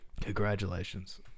Congratulations